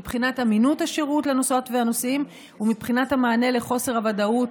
מבחינת אמינות השירות לנוסעות והנוסעים ומבחינת המענה לחוסר הוודאות,